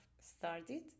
started